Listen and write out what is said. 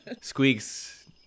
Squeaks